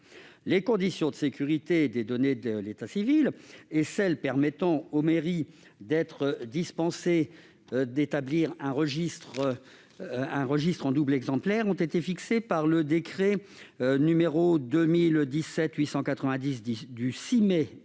Les conditions de sécurité des données de l'état civil et celles permettant aux mairies d'être dispensées d'établir un registre en double exemplaire ont été fixées par le décret n° 2017-890 du 6 mai 2017